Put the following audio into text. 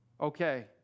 okay